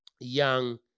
young